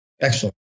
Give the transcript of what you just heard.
excellent